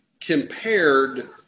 compared